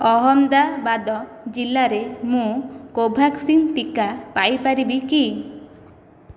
ଅହମ୍ମଦାବାଦ ଜିଲ୍ଲାରେ ମୁଁ କୋଭ୍ୟାକ୍ସିନ୍ ଟିକା ପାଇପାରିବି କି